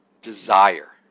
desire